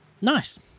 nice